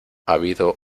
habido